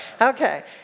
Okay